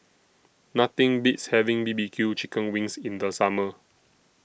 Nothing Beats having B B Q Chicken Wings in The Summer